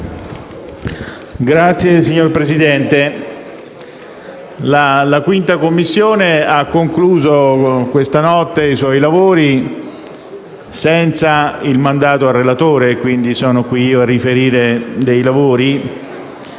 *(PD)*. Signor Presidente, la 5a Commissione ha concluso questa notte i suoi lavori senza il mandato al relatore e quindi sono qui io a riferire dei lavori.